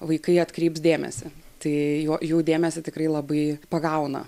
vaikai atkreips dėmesį tai juo jų dėmesį tikrai labai pagauna